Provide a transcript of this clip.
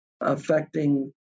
affecting